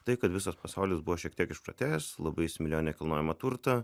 tai kad visas pasaulis buvo šiek tiek išprotėjęs labai įsimylėjo nekilnojamą turtą